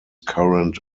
current